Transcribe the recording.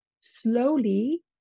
slowly